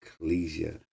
Ecclesia